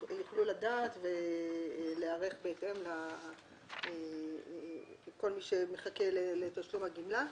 יוכלו לדעת ולהיערך בהתאם לכל מי שמחכה לתשלום הגמלה.